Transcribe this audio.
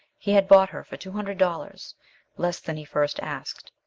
he had bought her for two hundred dollars less than he first asked.